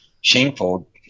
shameful